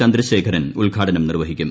ചന്ദ്ര്ശേഖരൻ ഉദ്ഘാടനം നിർവഹിക്കും